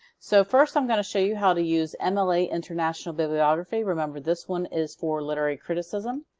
so first i'm going to show you how to use and mla international bibliography. remember this one is for literary criticism.